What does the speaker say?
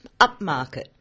upmarket